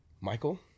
michael